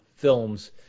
films